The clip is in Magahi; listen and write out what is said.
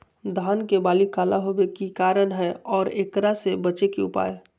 धान के बाली काला होवे के की कारण है और एकरा से बचे के उपाय?